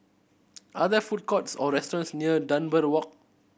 are there food courts or restaurants near Dunbar Walk